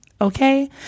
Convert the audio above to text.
Okay